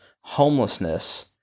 homelessness